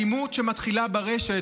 האלימות שמתחילה ברשת,